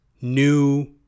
new